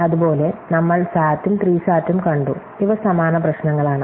അതുപോലെ നമ്മൾ SAT ഉം 3 SAT ഉം കണ്ടു ഇവ സമാന പ്രശ്നങ്ങളാണ്